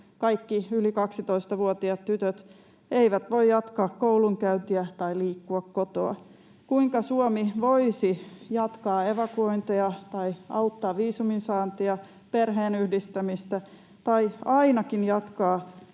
kaikki yli 12-vuotiaat tytöt, eivät voi jatkaa koulunkäyntiä tai liikkua kotoa. Kuinka Suomi voisi jatkaa evakuointeja tai auttaa viisumin saantia, perheenyhdistämistä tai ainakin jatkaa